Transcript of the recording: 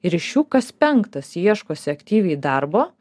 ir iš jų kas penktas ieškosi aktyviai darbo